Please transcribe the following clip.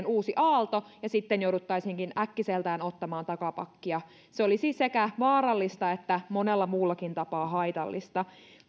uusi aalto ja sitten jouduttaisiinkin äkkiseltään ottamaan takapakkia se olisi sekä vaarallista että monella muullakin tapaa haitallista